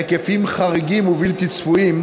בהיקפים חריגים ובלתי צפויים,